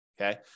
Okay